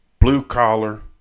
blue-collar